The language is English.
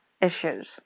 issues